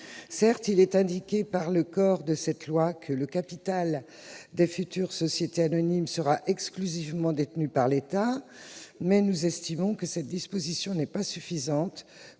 Certes, il est indiqué dans le projet de loi que le capital des futures sociétés anonymes sera exclusivement détenu par l'État, mais nous estimons que cette disposition n'est pas suffisante